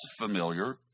familiar